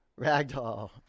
ragdoll